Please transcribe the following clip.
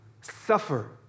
Suffer